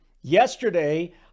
Yesterday